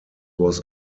was